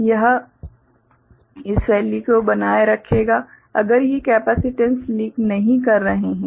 तो यह इस वैल्यू को बनाए रखेगा अगर ये कैपेसिटेंस लीक नहीं कर रहे हैं